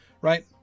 right